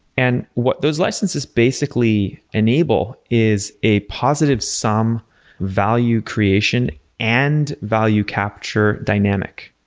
and what those licenses basically enable is a positive-sum value creation and value capture dynamic,